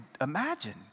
imagine